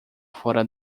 fora